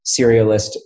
serialist